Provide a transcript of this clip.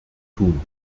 tun